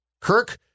Kirk